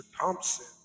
Thompson